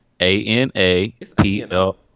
A-N-A-P-L